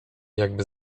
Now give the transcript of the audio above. jakby